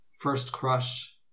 first-crush